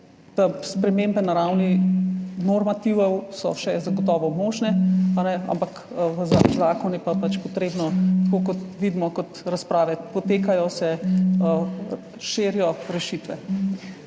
Spremembe na ravni normativov so zagotovo še možne, ampak za v zakon je pa potrebno, kot vidimo – tako kot razprave potekajo, se širijo rešitve.